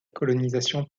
colonisation